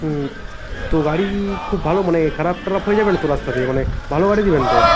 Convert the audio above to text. হুম তো গাড়ি খুব ভালো মানে খারাপ টারাপ হয়ে যাবে না তো রাস্তাতে মানে ভালো গাড়ি দেবেন তো